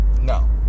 No